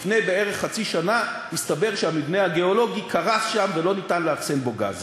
לפני חצי שנה בערך התברר שהמבנה הגיאולוגי קרס שם ולא ניתן לאחסן בו גז.